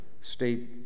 state